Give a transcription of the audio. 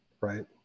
right